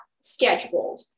scheduled